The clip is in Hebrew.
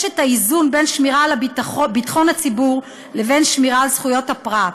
יש את האיזון בין שמירה על ביטחון הציבור לבין שמירה על זכויות הפרט.